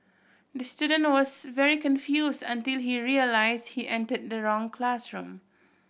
the student was very confused until he realised he entered the wrong classroom